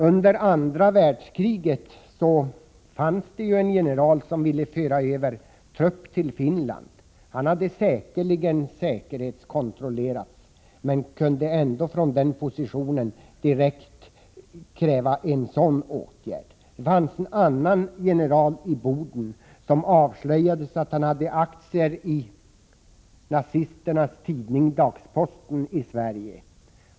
Under andra världskriget fanns en svensk general som ville föra över trupper till Finland. Han hade helt visst säkerhetskontrollerats, men kunde ändå från sin position direkt kräva en sådan åtgärd. Det fanns en annan general i Boden som, avslöjades det, hade aktier i nazisternas tidning Dagsposten i Sverige.